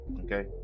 okay